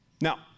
Now